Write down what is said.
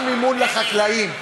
גם מימון לחקלאים,